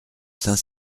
saint